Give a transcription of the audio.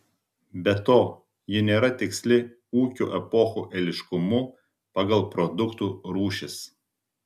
be to ji nėra tiksli ūkio epochų eiliškumu pagal produktų rūšis